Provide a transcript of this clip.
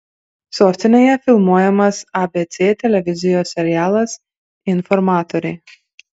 sostinėje filmuojamas abc televizijos serialas informatoriai